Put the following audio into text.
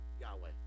Yahweh